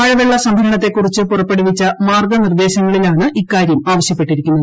മഴവെള്ള സംഭരണ്ട്തെക്കുറിച്ച് പുറപ്പെടുവിച്ച മാർഗ്ഗ നിർദ്ദേശങ്ങളിലാണ് ഇക്കാര്യ്ക് ആവശ്യപ്പെട്ടിരിക്കുന്നത്